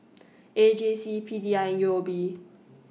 A J C P D I and U O B